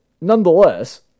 nonetheless